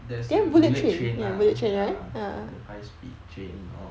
there's the bullet train lah ya the high speed train all